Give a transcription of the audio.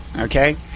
okay